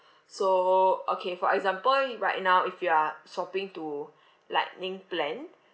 so okay for example right now if you are swapping to lightning plan